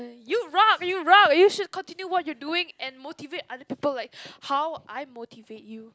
you rock you rock you should continue what you are doing and motivate other people like how I motivate you